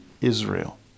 Israel